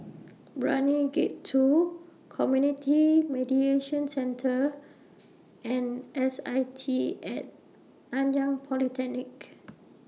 Brani Gate two Community Mediation Centre and S I T At Nanyang Polytechnic